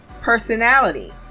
personality